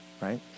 right